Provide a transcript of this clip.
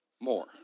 More